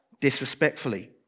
disrespectfully